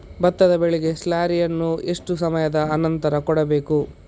ಭತ್ತದ ಬೆಳೆಗೆ ಸ್ಲಾರಿಯನು ಎಷ್ಟು ಸಮಯದ ಆನಂತರ ಕೊಡಬೇಕು?